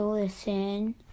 listen